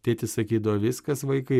tėtis sakydavo viskas vaikai